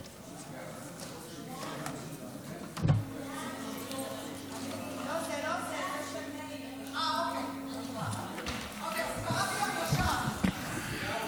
אדוני.